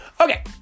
Okay